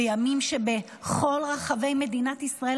בימים שבכל רחבי מדינת ישראל,